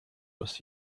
was